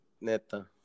Neta